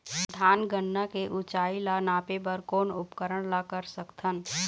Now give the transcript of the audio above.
धान गन्ना के ऊंचाई ला नापे बर कोन उपकरण ला कर सकथन?